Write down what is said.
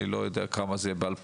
אני לא יודע כמה זה יהיה ב-2021,